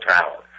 Tower